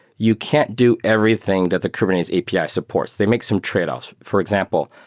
you can't do everything that the kubernetes api ah supports. they make some tradeoffs. for example,